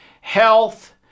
health